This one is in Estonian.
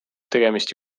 tegemist